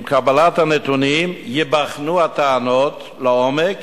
עם קבלת הנתונים ייבחנו הטענות לעומק